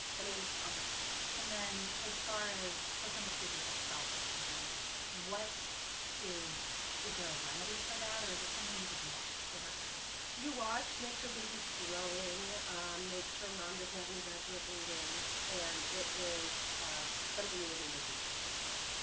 okay and then as far as placenta previa itself is concerned what is is there a remedy for that or is it something you just watch? over time you watch make sure baby's growing make sure mom doesn't have any vaginal bleeding and it is something that would need a c-section for.